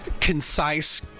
concise